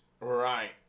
Right